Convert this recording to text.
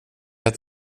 att